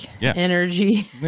energy